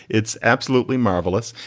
it's absolutely marvelous.